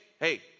hey